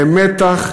למתח,